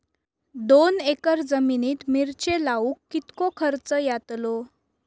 दोन एकर जमिनीत मिरचे लाऊक कितको खर्च यातलो?